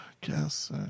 guess